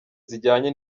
zijyanye